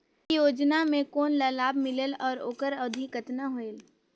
ये योजना मे कोन ला लाभ मिलेल और ओकर अवधी कतना होएल